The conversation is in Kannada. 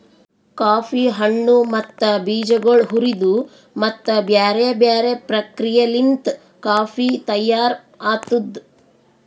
ಕಾಫಿ ಹಣ್ಣು ಮತ್ತ ಬೀಜಗೊಳ್ ಹುರಿದು ಮತ್ತ ಬ್ಯಾರೆ ಬ್ಯಾರೆ ಪ್ರಕ್ರಿಯೆಲಿಂತ್ ಕಾಫಿ ತೈಯಾರ್ ಆತ್ತುದ್